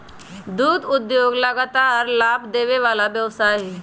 दुध उद्योग लगातार लाभ देबे वला व्यवसाय हइ